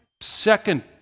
second